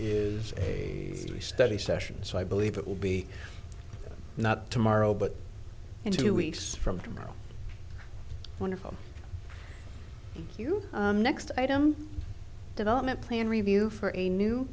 is a study session so i believe it will be not tomorrow but in two weeks from tomorrow wonderful new next item development plan review for a new